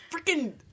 freaking